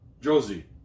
Josie